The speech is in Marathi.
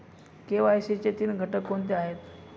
के.वाय.सी चे तीन घटक कोणते आहेत?